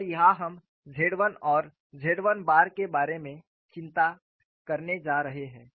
और यहां हम Z 1 और Z 1 बार के बारे में चिंता करने जा रहे हैं